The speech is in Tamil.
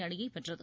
அணியை வென்றது